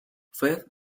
faith